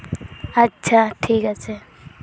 ᱟᱪᱪᱷᱟ ᱴᱷᱤᱠ ᱟᱪᱷᱮ